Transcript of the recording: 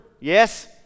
Yes